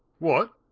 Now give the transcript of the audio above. what?